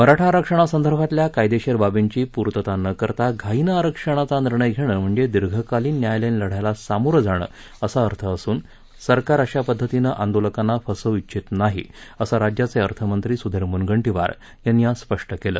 मराठा आरक्षणासंदर्भातल्या कायदेशीर बाबींची पूर्तता न करता घाईनं आरक्षणाचा निर्णय घेणं म्हणजे दीर्घकालीन न्यायालयीन लढ्याला सामोरं जाणं असा अर्थ असून सरकार अशा पद्धतीनं आंदोलकांना फसवू ष्टिछत नाही असं राज्याचे अर्थमंत्री सुधीर मुनगंटीवार यांनी आज स्पष्ट केलं